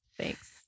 Thanks